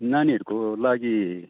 नानीहरूको लागि